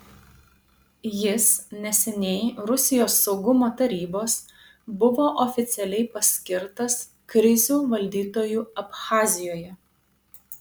jis neseniai rusijos saugumo tarybos buvo oficialiai paskirtas krizių valdytoju abchazijoje